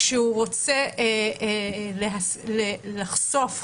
כשהוא רוצה לחשוף חומרים,